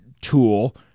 tool